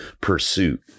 pursuit